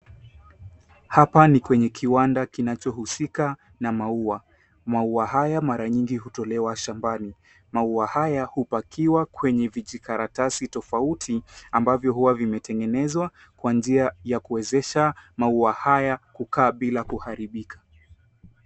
Hapa ni kwenye kiwanda kinachohusika na maua. Maua haya mara nyingi hutolewa shambani. Maua haya hupakiwa kwenye vijikaratasi tofauti ambavyo huwa vimetengenezwa kwa njia ya kuwezesha maua haya kukaa bila kuharibika.